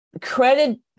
credit